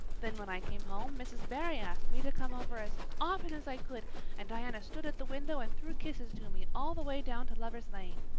then when i came home mrs. barry asked me to come over as often as i could and diana stood at the window and threw kisses to me all the way down to lover's lane.